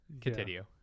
Continue